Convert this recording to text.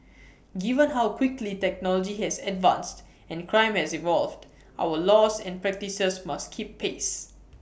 given how quickly technology has advanced and crime has evolved our laws and practices must keep pace